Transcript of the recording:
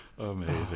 amazing